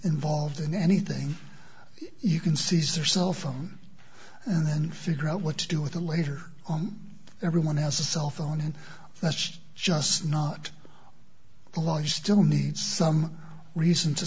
involved in anything you can seize their cell phone and then figure out what to do with the later on everyone has a cell phone and that's just not a lie still needs some reason to